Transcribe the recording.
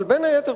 אבל בין היתר,